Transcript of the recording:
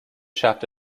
shaft